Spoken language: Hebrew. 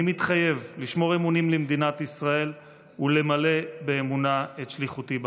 אני מתחייב לשמור אמונים למדינת ישראל ולמלא באמונה את שליחותי בכנסת.